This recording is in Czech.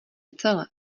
celé